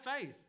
faith